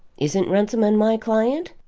isn't runciman my client?